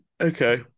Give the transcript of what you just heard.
Okay